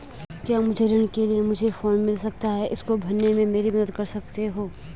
क्या मुझे ऋण के लिए मुझे फार्म मिल सकता है इसको भरने में मेरी मदद कर सकते हो?